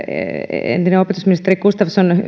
entinen opetusministeri gustafsson